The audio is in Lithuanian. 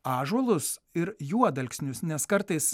ąžuolus ir juodalksnius nes kartais